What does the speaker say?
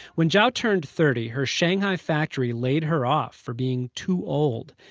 when zhao turned thirty, her shanghai factory laid her off for being too old.